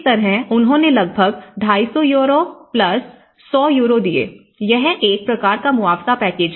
इस तरह उन्होंने लगभग 250 यूरो 100 यूरो दिए यह एक प्रकार का मुआवजा पैकेज है